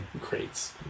crates